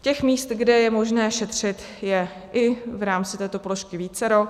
Těch míst, kde je možné šetřit, je i v rámci této položky vícero.